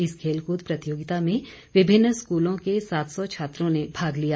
इस खेलकूद प्रतियोगिता में विभिन्न स्कूलों के सात सौ छात्रों ने भाग लिया